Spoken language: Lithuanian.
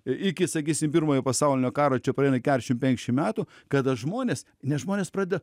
iki sakysim pirmojo pasaulinio karo čia praeina keršim penkšim metų kada žmonės nes žmonės pradeda